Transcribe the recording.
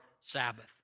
Sabbath